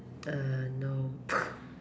err no